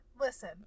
Listen